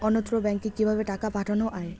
অন্যত্র ব্যংকে কিভাবে টাকা পাঠানো য়ায়?